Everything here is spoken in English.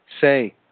Say